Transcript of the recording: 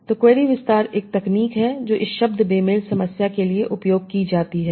तो क्वेरी विस्तार एक तकनीक है जो इस शब्द बे मेल समस्या के लिए उपयोग की जाती है